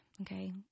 okay